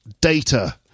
data